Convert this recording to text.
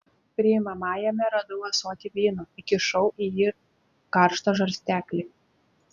priimamajame radau ąsotį vyno įkišau į jį karštą žarsteklį